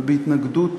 ובהתנגדות